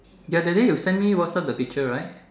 ya that day you send me WhatsApp the picture right